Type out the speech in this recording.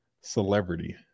celebrity